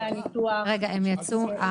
למה.